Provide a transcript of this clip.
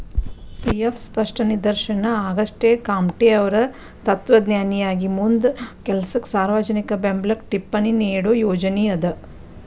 C F ಸ್ಪಷ್ಟ ನಿದರ್ಶನ ಆಗಸ್ಟೆಕಾಮ್ಟೆಅವ್ರ್ ತತ್ವಜ್ಞಾನಿಯಾಗಿ ಮುಂದ ಕೆಲಸಕ್ಕ ಸಾರ್ವಜನಿಕ ಬೆಂಬ್ಲಕ್ಕ ಟಿಪ್ಪಣಿ ನೇಡೋ ಯೋಜನಿ ಅದ